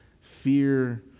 fear